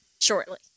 shortly